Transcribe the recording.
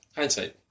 Hindsight